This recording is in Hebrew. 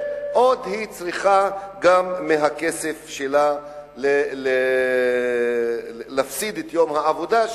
ועוד היא צריכה גם מהכסף שלה להפסיד את יום העבודה,